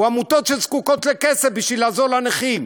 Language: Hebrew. או עמותות שזקוקות לכסף בשביל לעזור לנכים?